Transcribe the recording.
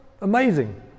Amazing